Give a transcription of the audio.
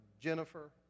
Jennifer